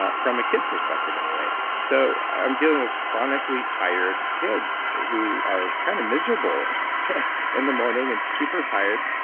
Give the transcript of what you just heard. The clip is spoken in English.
ah from a kid perspective, anyway. so i'm dealing with chronically tired kids, who are kind of miserable in the morning and super tired.